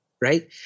right